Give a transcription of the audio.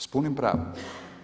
S punim pravom.